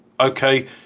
okay